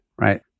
right